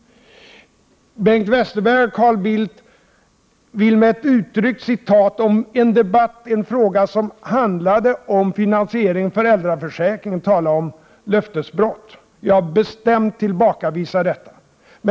Bengt Westerberg och Carl Bildt vill med hjälp av ett utryckt citat ur en debatt som handlade om finansiering av föräldraförsäkringen tala om löftesbrott. Jag tillbakavisar detta bestämt.